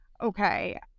okay